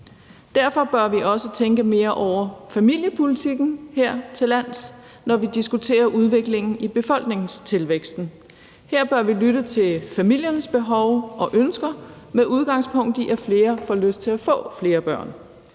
Derfor bør vi også tænke mere over familiepolitikken her til lands, når vi diskuterer udviklingen i befolkningstilvæksten. Her bør vi lytte til familiernes behov og ønsker, med udgangspunkt i at flere får lyst til at få flere børn.